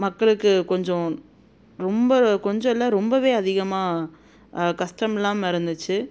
மக்களுக்கு கொஞ்சம் ரொம்ப கொஞ்சம் இல்லை ரொம்பவே அதிகமாக கஷ்டமில்லாமல் இருந்துச்சு